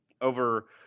over